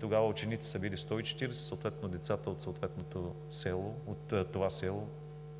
Тогава учениците са били 140, съответно децата от това село